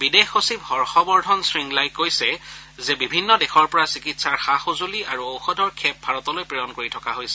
বিদেশ সচিব হৰ্ষবৰ্ধন শংগলাই কৈছে যে বিভিন্ন দেশৰ পৰা চিকিৎসাৰ সা সজুলি আৰু ঔষধৰ খেপ ভাৰতলৈ প্ৰেৰণ কৰি থকা হৈছে